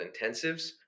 intensives